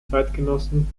zeitgenossen